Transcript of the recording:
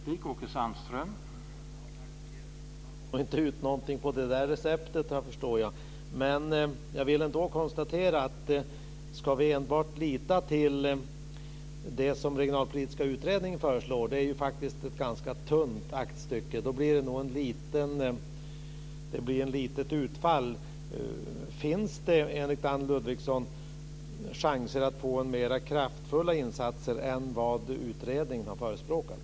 Herr talman! Man får inte ut något på det receptet, förstår jag. Men jag vill ändå konstatera att ska vi enbart lita till det som den regionalpolitiska utredningen föreslår, det är ju faktiskt ett ganska tunt aktstycke, så blir det nog ett litet utfall. Finns det enligt Anne Ludvigsson chanser att få mer kraftfulla insatser än vad utredningen har förespråkat?